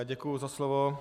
Děkuji za slovo.